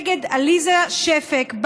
נגד עליזה שפק,